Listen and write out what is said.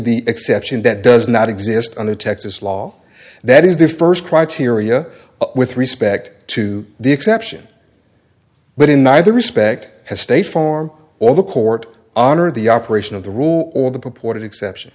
the exception that does not exist under texas law that is the first criteria with respect to the exception but in neither respect to stay form all the court under the operation of the rule or the purported exception